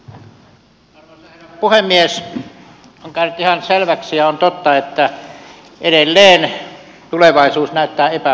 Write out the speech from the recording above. on käynyt ihan selväksi ja on totta että edelleen tulevaisuus näyttää epävarmalta